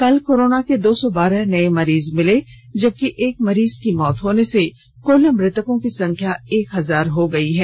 कल कोरोना के दो सौ बारह नए मरीज मिले हैं जबकि एक मरीज की मौत होने से कुल मृतकों की संख्या एक हजार हो गई है